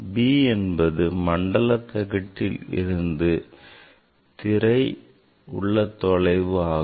b மண்டல தகட்டில் இருந்து திரை உள்ள தொலைவு ஆகும்